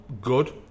good